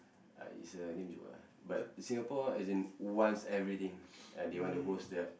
uh it's a lame joke ah but Singapore as in wants everything uh they want to host the